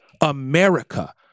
America